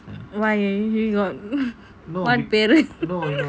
why you got one parent